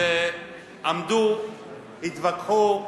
שעמדו, התווכחו,